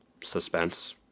suspense